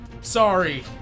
Sorry